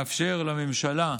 לאפשר לממשלה,